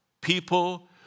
people